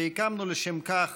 והקמנו לשם כך